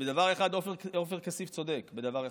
ובדבר אחד עופר כסיף צודק, בדבר אחד: